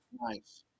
Nice